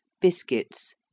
biscuits